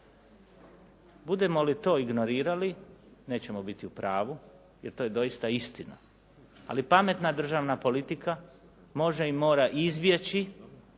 Budemo li to ignorirali nećemo biti u pravu jer to je doista istina, ali pametna državna politika može i mora izbjeći